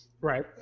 Right